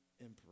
emperor